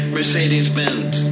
Mercedes-Benz